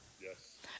Yes